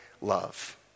love